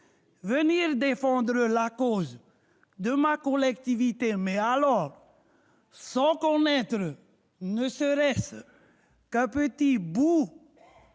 venir défendre la cause de ma collectivité sans en connaître n'en serait qu'un petit bout